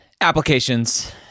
applications